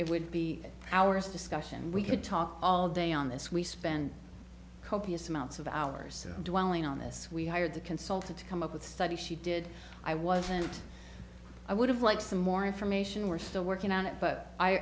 would be hours of discussion we could talk all day on this we spent copious amounts of hours dwelling on this we hired the consultant to come up with studies she did i wasn't i would have liked some more information we're still working on it but i